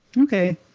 Okay